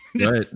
Right